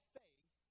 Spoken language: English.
faith